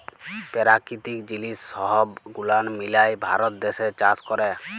পেরাকিতিক জিলিস সহব গুলান মিলায় ভারত দ্যাশে চাষ ক্যরে